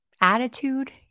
Attitude